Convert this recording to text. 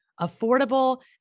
affordable